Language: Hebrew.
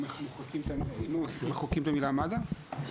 אם מוחקים את המילה "מד"א"?